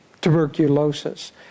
tuberculosis